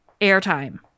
airtime